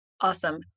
Awesome